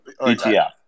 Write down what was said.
ETF